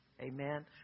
Amen